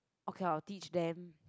okay I'll teach then